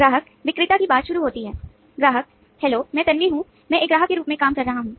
ग्राहक विक्रेता की बातचीत शुरू होती है ग्राहक हैलो मैं तन्वी हूं मैं एक ग्राहक के रूप में काम कर रहा हूं